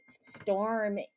Storm